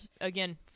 again